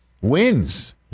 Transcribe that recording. wins